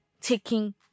Taking